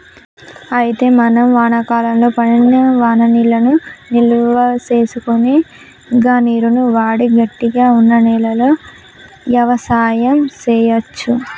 అయితే మనం వానాకాలంలో పడిన వాననీళ్లను నిల్వసేసుకొని గా నీరును వాడి గట్టిగా వున్న నేలలో యవసాయం సేయచ్చు